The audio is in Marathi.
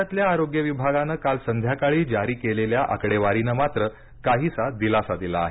राज्यातल्या आरोग्य विभागानं काल संध्याकाळी जारी केलेल्या आकडेवारी नं मात्रकाहीसा दिलासा दिला आहे